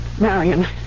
Marion